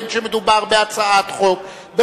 בין שמדובר בהצעת חוק,